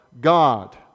God